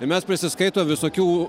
mes prisiskaito visokių